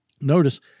Notice